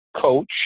coach